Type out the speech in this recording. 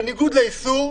בניגוד לאיסור,